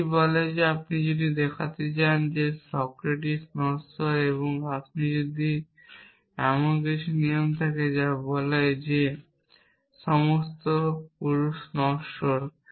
এটি বলে যে আপনি যদি দেখাতে চান যে সক্রেটিক নশ্বর এবং আপনার যদি এমন একটি নিয়ম থাকে যা বলে যে সমস্ত পুরুষ নশ্বর